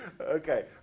Okay